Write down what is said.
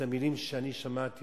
אלה מלים שאני שמעתי